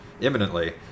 imminently